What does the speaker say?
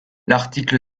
l’article